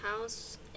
house